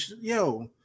yo